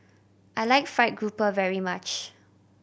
I like fried grouper very much